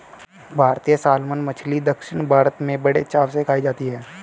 भारतीय सालमन मछली दक्षिण भारत में बड़े चाव से खाई जाती है